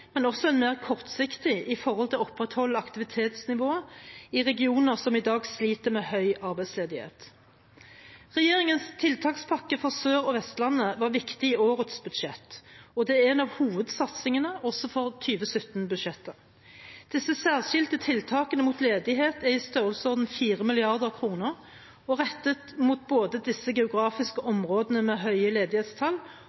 men også en mer kortsiktig for å opprettholde aktivitetsnivået i regioner som i dag sliter med høy arbeidsledighet. Regjeringens tiltakspakke for Sør- og Vestlandet var viktig i årets budsjett, og det er en av hovedsatsingene også for 2017-budsjettet. Disse særskilte tiltakene mot ledighet er i størrelsesorden 4 mrd. kr og er rettet mot både disse geografiske